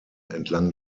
entlang